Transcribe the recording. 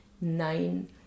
nine